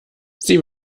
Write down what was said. sie